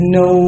no